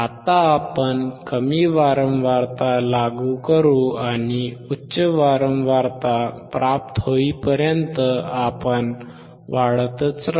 आता आपण कमी वारंवारता लागू करू आणि उच्च वारंवारता प्राप्त होईपर्यंत आपण वाढतच राहू